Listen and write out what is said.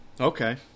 Okay